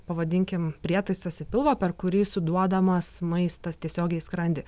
pavadinkim prietaisas į pilvą per kurį suduodamas maistas tiesiogiai į skrandį